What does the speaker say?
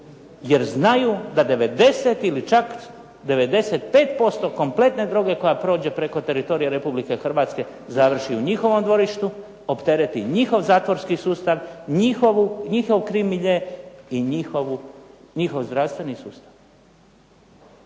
jer znaju da 90 ili čak 95% kompletne droge koja prođe preko teritorija Republike Hrvatske završi u njihovom dvorištu, optereti njihov zatvorski sustav, njihov krim milje i njihov zdravstveni sustav.